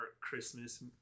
Christmas